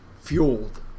fueled